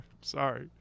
sorry